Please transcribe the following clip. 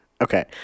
Okay